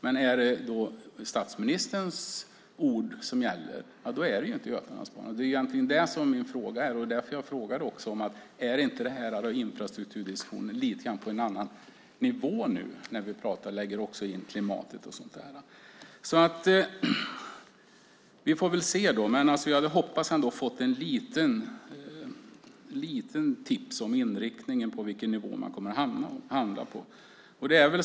Men om det är statsministerns ord som gäller blir det ingen götalandsbana. Det är det som är min fråga. Därför frågade jag om inte infrastrukturdiskussionen är på en annan nivå nu när vi också lägger in klimatfrågan. Jag hade hoppats att få tips om inriktningen av vilken nivå man kommer att hamna på.